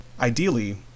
ideally